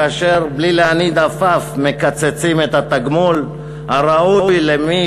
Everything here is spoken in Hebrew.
כאשר בלי להניד עפעף מקצצים את התגמול הראוי למי